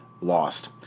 lost